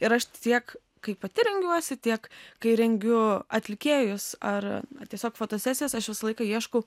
ir aš tiek kaip pati rengiuosi tiek kai rengiu atlikėjus ar tiesiog fotosesijas aš visą laiką ieškau